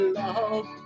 love